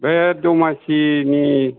बे दमासिनि